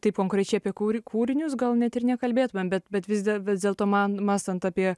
taip konkrečiai apie kūri kūrinius gal net ir nekalbėtumėm bet bet visgi vis dėlto man mąstant apie